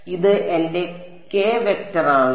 അതിനാൽ ഇത് എന്റെ കെ വെക്റ്റർ ആണ്